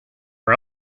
are